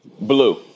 Blue